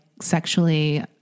sexually